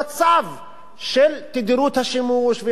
לתדירות השימוש וכו' וכו' וכו'.